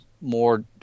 more